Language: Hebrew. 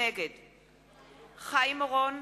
נגד חיים אורון,